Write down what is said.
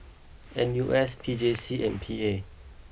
N U S P J C and P A